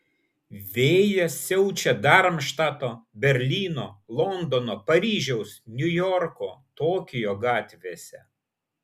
vėjas siaučia darmštato berlyno londono paryžiaus niujorko tokijo gatvėse